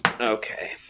Okay